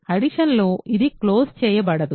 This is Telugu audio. అడిషన్ లో ఇది క్లోజ్ చేయబడదు